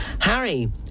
Harry